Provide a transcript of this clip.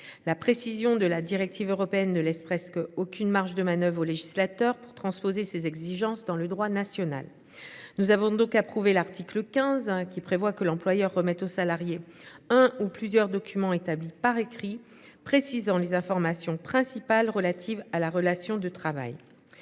la précision de la directive européenne ne laisse presque aucune marge de manoeuvre au législateur pour transposer ses exigences dans le droit national. Nous avons donc approuvé l'article 15, hein, qui prévoit que l'employeur remettent aux salariés un ou plusieurs documents établis par écrit, précisant les informations principales relatives à la relation de travail.